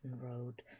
road